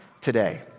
today